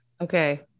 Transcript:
okay